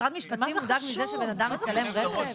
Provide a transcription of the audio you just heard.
משרד המשפטים מודאג מזה שבן אדם מצלם רכב?